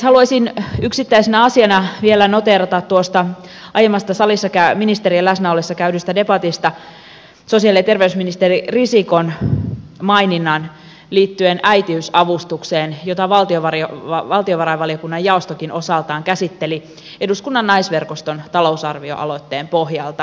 haluaisin yksittäisenä asiana vielä noteerata tuosta aiemmasta ministerien läsnä ollessa salissa käydystä debatista sosiaali ja terveysministeri risikon maininnan liittyen äitiysavustukseen jota valtiovarainvaliokunnan jaostokin osaltaan käsitteli eduskunnan naisverkoston talousarvioaloitteen pohjalta